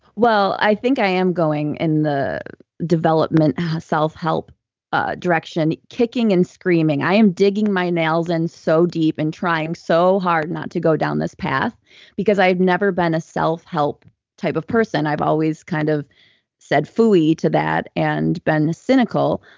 well, i think i am going in the development self-help ah direction kicking and screaming. i am digging my nails in and so deep and trying so hard not to go down this path because i've never been a self-help type of person. i've always kind of said phooey to that and been cynical.